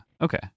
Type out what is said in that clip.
Okay